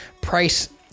price